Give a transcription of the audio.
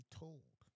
told